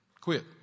quit